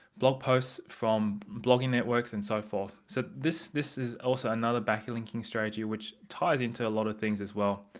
blog posts, from blogging networks and so forth so this this is also another backlinking strategy which ties into a lot of things as well.